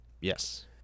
Yes